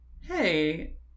Hey